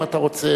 אם אתה רוצה.